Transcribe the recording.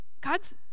God's